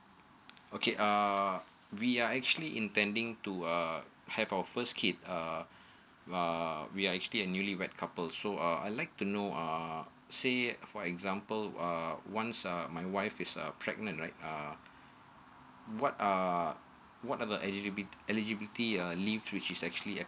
okay err we are actually intending to uh have our first kid uh uh we are actually newly wed couples so uh I like to know err say for example a once err my wife is uh pregnant right uh what uh what are the eligibility leave which is actually uh